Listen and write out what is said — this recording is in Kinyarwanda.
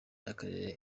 y’akarere